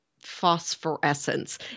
phosphorescence